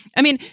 i mean,